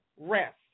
rest